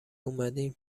اومدین